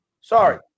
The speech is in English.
Sorry